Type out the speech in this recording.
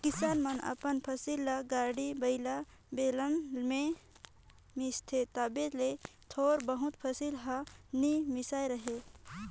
किसान मन अपन फसिल ल गाड़ी बइला, बेलना मे मिसथे तबो ले थोर बहुत फसिल हर नी मिसाए रहें